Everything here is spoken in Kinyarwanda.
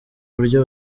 buryo